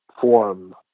Form